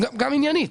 גם עניינית.